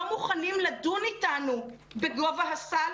לא מוכנים לדון איתנו בגובה הסל.